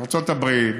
ארצות הברית,